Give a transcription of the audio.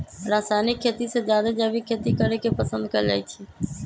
रासायनिक खेती से जादे जैविक खेती करे के पसंद कएल जाई छई